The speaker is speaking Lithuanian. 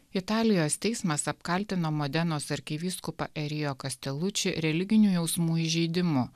italijos teismas apkaltino modenos arkivyskupą erio kasteluči religinių jausmų įžeidimu